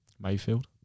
Mayfield